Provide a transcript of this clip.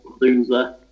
loser